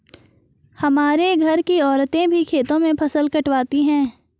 हमारे घर की औरतें भी खेतों में फसल कटवाती हैं